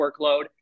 workload